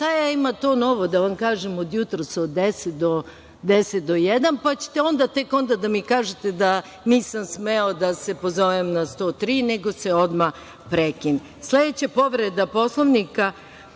ja imam to novo da vam kažem od jutros od 10 do 12.50, pa ćete onda tek da mi kažete da nisam smeo da se pozovem na 103, nego se odmah prekine. Sledeća povreda Poslovnika